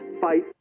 fight